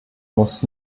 muss